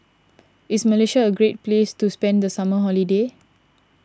is Malaysia a great place to spend the summer holiday